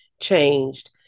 changed